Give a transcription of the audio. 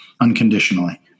unconditionally